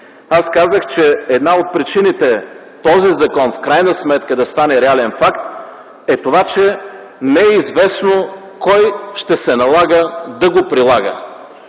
казах, че една от причините този закон в крайна сметка да стане реален факт е това, че не е известно кой ще се налага да го прилага.